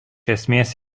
esmės